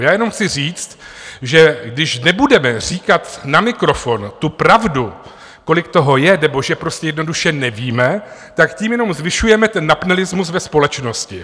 Já jenom chci říct, že když nebudeme říkat na mikrofon tu pravdu, kolik toho je, nebo že prostě jednoduše nevíme, tak tím jenom zvyšujeme ten napnelismus ve společnosti.